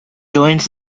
joins